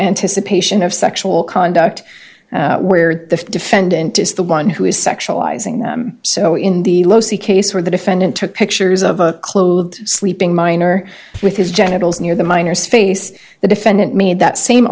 anticipation of sexual conduct where the defendant is the one who is sexualizing them so in the los the case where the defendant took pictures of a clothed sleeping minor with his genitals near the minors face the defendant made that same